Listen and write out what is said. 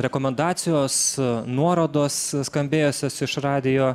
rekomendacijos nuorodos skambėjusios iš radijo